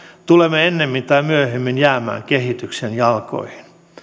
tulemme ennemmin tai myöhemmin jäämään kehityksen jalkoihin